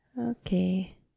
okay